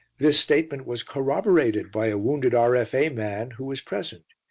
this statement was corroborated by a wounded r f a. man who was present.